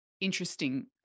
interesting